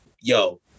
yo